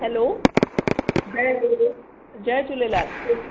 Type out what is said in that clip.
हलो जय झूले जय झूलेलाल